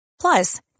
Plus